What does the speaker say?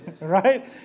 right